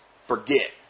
forget